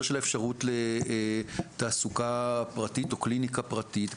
של האפשרות לתעסוקה פרטית או קליניקה פרטית,